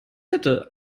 hätte